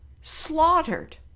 slaughtered